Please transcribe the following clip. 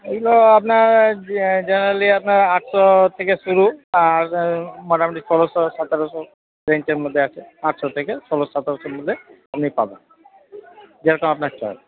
এগুলো আপনার জেনারেলি আপনার আটশো থেকে শুরু আর মোটামোটি ষোলোশো সতেরোশো রেঞ্জের মধ্যে আছে পাঁচশো থেকে ষোলোশো সতেরোশোর মধ্যে আপনি পাবেন যেরকম আপনার চয়েস